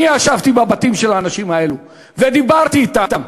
אני ישבתי בבתים של האנשים האלה ודיברתי אתם.